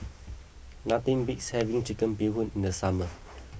nothing beats having Chicken Bee Hoon in the summer